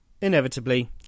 Inevitably